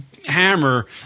Hammer